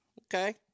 okay